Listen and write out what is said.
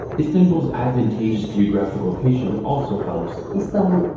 istanbul's advantageous geographical location also helps. istanbul,